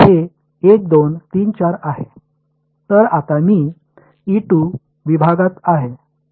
तर आता मी विभागात आहे